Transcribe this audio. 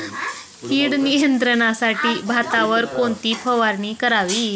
कीड नियंत्रणासाठी भातावर कोणती फवारणी करावी?